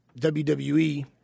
WWE